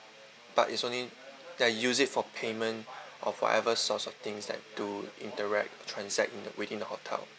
but it's only they are use it for payment of whatever sort of things like to interact transact in within the hotel